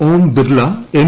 Om Birla N